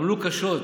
עמלו קשות,